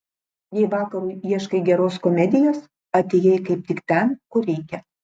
jei vakarui ieškai geros komedijos atėjai kaip tik ten kur reikia